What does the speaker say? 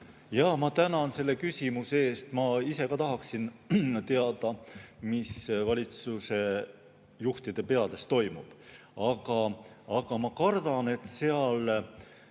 Ma tänan selle küsimuse eest! Ma ise ka tahaksin teada, mis valitsusjuhtide peas toimub. Aga ma kardan, et seal